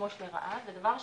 ודבר שני,